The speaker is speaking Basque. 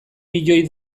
milioi